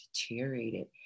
deteriorated